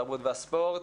התרבות והספורט.